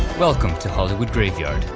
welcome to hollywood graveyard,